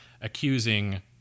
accusing